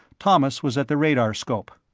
thomas was at the radarscope.